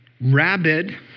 Rabid